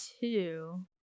two